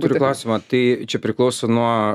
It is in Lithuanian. turiu klausimą tai čia priklauso nuo